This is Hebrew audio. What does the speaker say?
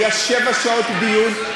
היו שבע שעות דיון.